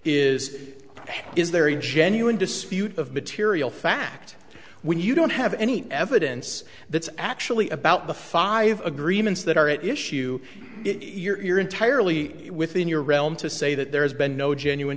is is there a genuine dispute of material fact when you don't have any evidence that's actually about the five agreements that are at issue you're entirely within your realm to say that there has been no genuine